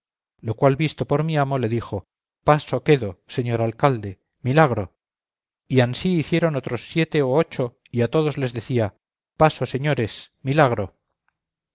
lo cual visto por mi amo le dijo paso quedo señor alcalde milagro y ansí hicieron otros siete o ocho y a todos les decía paso señores milagro